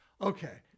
okay